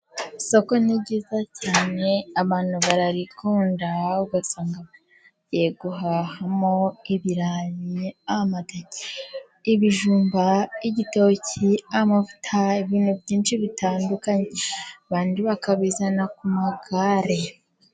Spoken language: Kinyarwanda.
Isoko ni ryiza cyane, abantu bararikunda, ugasanga bagiye guhahamo, ibirayi, ibijumba, igitoki, amavuta, ibintu byinshi bitandukanye, abandi bakabizana ku magare.